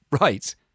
right